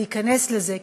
ניכנס לזה,